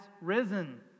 risen